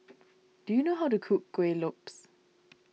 do you know how to cook Kueh Lopes